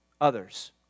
others